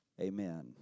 amen